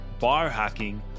biohacking